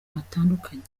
batandukanye